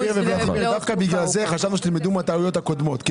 דווקא בגלל זה חשבנו שתלמדו מהטעויות הקודמות כי